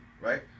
right